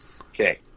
okay